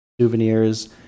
souvenirs